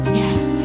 yes